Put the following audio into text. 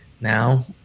now